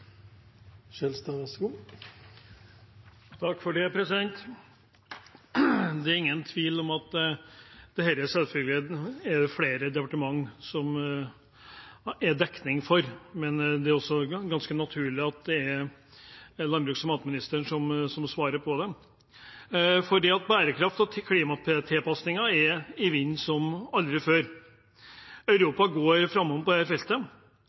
Det er ingen tvil om at det her, selvfølgelig, er dekning for flere departementer, men det er ganske naturlig at det er landbruks- og matministeren som svarer på det. Bærekraft og klimatilpasninger er i vinden som aldri før – Europa går framover på dette feltet